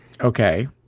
Okay